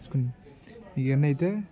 చూసుకోండి ఇవి అన్నీ అయితే